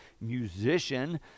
musician